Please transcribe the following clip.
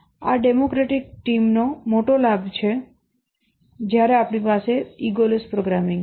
આ democratic team નો મોટો લાભ છે જ્યારે આપણી પાસે ઈગૉલેસ પ્રોગ્રામિંગ છે